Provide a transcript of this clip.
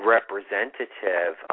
Representative